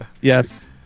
Yes